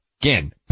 Again